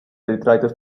detritus